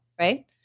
right